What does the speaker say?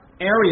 area